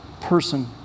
person